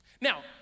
Now